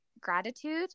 gratitude